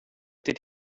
did